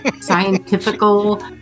scientifical